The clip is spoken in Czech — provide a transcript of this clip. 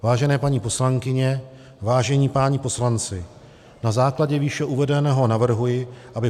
Vážené paní poslankyně, vážení páni poslanci, na základě výše uvedeného navrhuji, aby